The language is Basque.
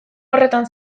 horretan